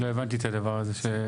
לא הבנתי את הדבר הזה.